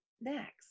next